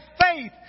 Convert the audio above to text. faith